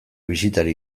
bisitari